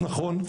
נכון,